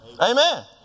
Amen